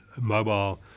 mobile